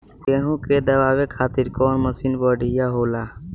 गेहूँ के दवावे खातिर कउन मशीन बढ़िया होला?